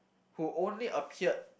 who only appeared